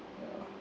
ya